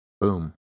Boom